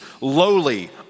lowly